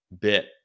bit